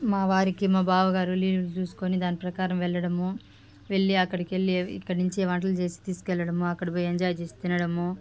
మా వారికి మా బావగారు వీలుచూసుకొని దాని ప్రకారం వెళ్లడము వెళ్లి అక్కడికి వెళ్ళి ఇక్కడి నుంచి వంటలు చేసి తీసుకెళ్ళడము అక్కడ పోయి ఎంజాయ్ చేసి తినడము